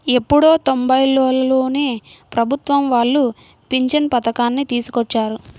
ఎప్పుడో తొంబైలలోనే ప్రభుత్వం వాళ్ళు పింఛను పథకాన్ని తీసుకొచ్చారు